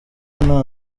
nta